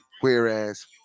Whereas